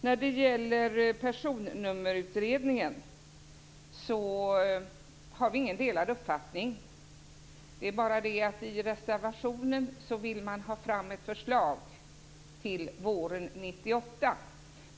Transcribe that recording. Vi har ingen delad uppfattningen när det gäller Personnummerutredningen. Det är bara det att man i reservationen vill ha fram ett förslag till våren 1998.